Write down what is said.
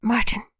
Martin